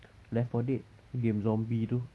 left for dead game zombie tu